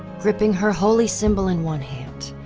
gripping her holy symbol in one hand,